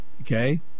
okay